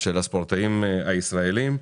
של הספורטאים הישראלים.